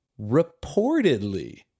reportedly